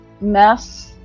mess